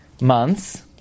months